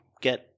get